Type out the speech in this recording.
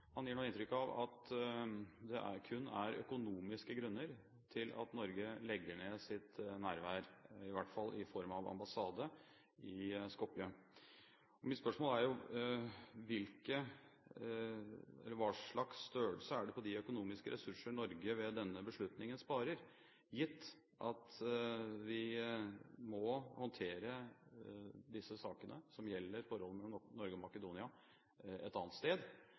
han gir nå inntrykk av at det kun er økonomiske grunner til at Norge legger ned sitt nærvær, i hvert fall i form av ambassade, i Skopje. Mitt spørsmål er: Hva slags størrelse er det på de økonomiske ressurser Norge ved denne beslutningen sparer, gitt at vi må håndtere saker som gjelder forholdet mellom Norge og Makedonia, et annet sted?